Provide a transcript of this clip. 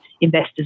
investors